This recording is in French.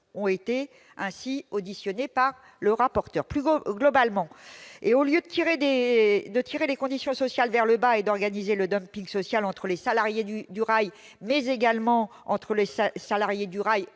ont été auditionnés par le rapporteur. Plus globalement, au lieu de tirer les conditions sociales vers le bas et d'organiser le social entre salariés du rail, ainsi qu'entre salariés du rail